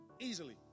easily